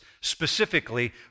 specifically